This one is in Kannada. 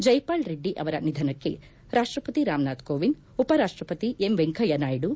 ಜೈಪಾಲ್ ರೆಡ್ಡಿ ಅವರ ನಿಧನಕ್ಕೆ ರಾಷ್ಷಪತಿ ರಾಮನಾಥ್ ಕೋವಿಂದ್ ಉಪರಾಪ್ಟಪತಿ ಎಂ ವೆಂಕಯ್ಕ ನಾಯ್ನು